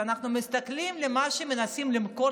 כשאנחנו מסתכלים על מה שמנסים למכור